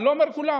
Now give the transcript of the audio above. אני לא אומר כולם,